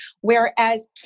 Whereas